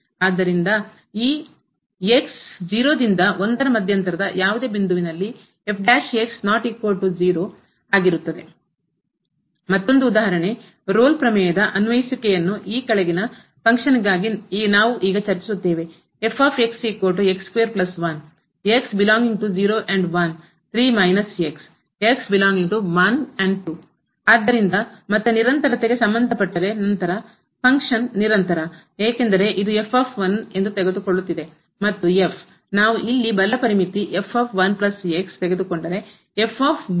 ಆದ್ದರಿಂದ ಈ 0 ರಿಂದ 1 ರ ಮಧ್ಯಂತರದ ಯಾವುದೇ ಬಿಂದು ವಲ್ಲಿ ಆಗಿರುತ್ತದೆ ಮತ್ತೊಂದು ಉದಾಹರಣೆ ರೋಲ್ ಪ್ರಮೇಯದ ಅನ್ವಯಿಸುವಿಕೆಯನ್ನು ಈ ಕೆಳಗಿನ ಫಂಕ್ಷನ್ ಗಾಗಿ ಕಾರ್ಯಕ್ಕಾಗಿ ನಾವು ಈಗ ಚರ್ಚಿಸುತ್ತೇವೆ ಆದ್ದರಿಂದ ಮತ್ತೆ ನಿರಂತರತೆಗೆ ಸಂಬಂಧಪಟ್ಟರೆ ನಂತರ ಫಂಕ್ಷನ್ ಕಾರ್ಯ ನಿರಂತರ ಏಕೆಂದರೆ ಇದು ಎಂದು ತೆಗೆದುಕೊಳ್ಳುತ್ತಿದೆ ಮತ್ತು ನಾವು ಇಲ್ಲಿ ಬಲ ಪರಿಮಿತಿ ತೆಗೆದುಕೊಂಡರೆ ವು